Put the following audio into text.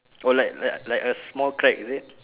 oh like like like a small crack is it